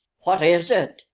what is it?